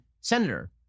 senator